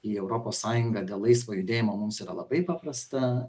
į europos sąjungą dėl laisvo judėjimo mums yra labai paprasta